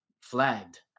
flagged